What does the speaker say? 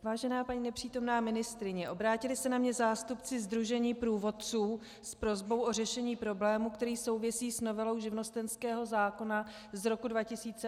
Vážená paní nepřítomná ministryně, obrátili se na mě zástupci Sdružení průvodců s prosbou o řešení problému, který souvisí s novelou živnostenského zákona z roku 2008.